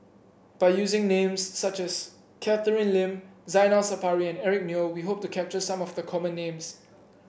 by using names such as Catherine Lim Zainal Sapari and Eric Neo we hope to capture some of the common names